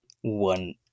one